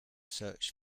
search